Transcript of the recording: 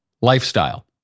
lifestyle